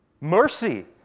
mercy